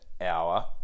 hour